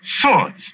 Swords